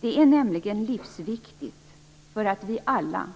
Det är nämligen livsviktigt för att vi alla